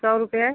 सौ रुपया